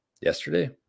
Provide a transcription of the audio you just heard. yesterday